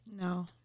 No